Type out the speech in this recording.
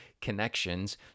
connections